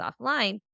offline